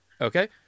Okay